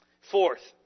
Fourth